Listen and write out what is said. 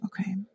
Okay